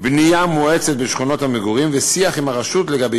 בנייה מואצת בשכונות המגורים ושיח עם הרשות לגבי